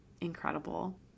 incredible